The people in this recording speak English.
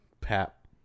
Pap